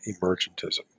emergentism